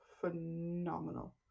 phenomenal